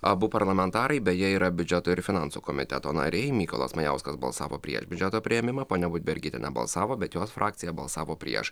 abu parlamentarai beje yra biudžeto ir finansų komiteto nariai mykolas majauskas balsavo prie biudžeto priėmimą ponia budbergytė nebalsavo bet jos frakcija balsavo prieš